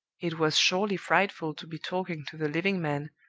it was surely frightful to be talking to the living man,